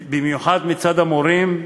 במיוחד מצד המורים.